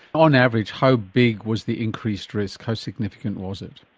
on average how big was the increased risk, how significant was it?